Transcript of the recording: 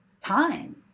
time